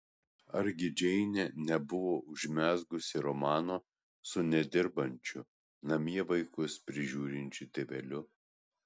argi džeinė nebuvo užmezgusi romano su nedirbančiu namie vaikus prižiūrinčiu tėveliu